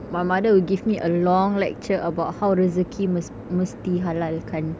my mother will give me a long lecture about how rezeki mes~ mesti halalkan